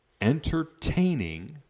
entertaining